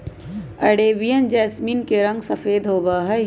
Arabian jasmine के रंग सफेद होबा हई